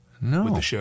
No